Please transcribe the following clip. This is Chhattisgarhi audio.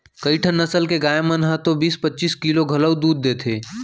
कइठन नसल के गाय मन ह तो बीस पच्चीस किलो घलौ दूद देथे